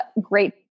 great